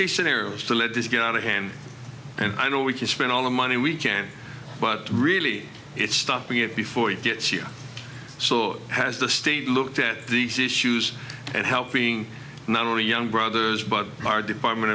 case scenario is to let this get out of hand and i know we can spend all the money we can but really it's stopping it before it gets you saw has the state looked at these issues and helping not only young brothers but our department